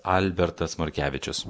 albertas morkevičius